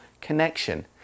connection